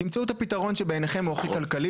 תמצאו את הפתרון שבעיניכם הוא הכי כלכלי